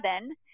seven